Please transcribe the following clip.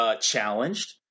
Challenged